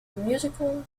musical